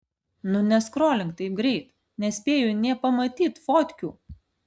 nu neskrolink taip greit nespėju nė pamatyt fotkių